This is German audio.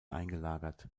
eingelagert